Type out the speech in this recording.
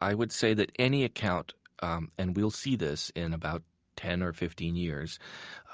i would say that any account and we'll see this in about ten or fifteen years